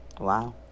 Wow